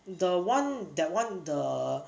the [one] that [one] the